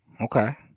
okay